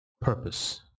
purpose